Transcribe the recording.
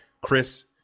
Chris